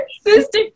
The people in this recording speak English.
Sister